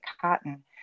cotton